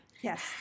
Yes